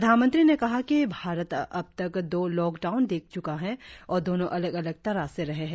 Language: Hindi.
प्रधानमंत्री ने कहा कि भारत अब तक दो लॉकडाउन देख च्का है और दोनों अलग अलग तरह से रहे है